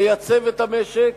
לייצב את המשק,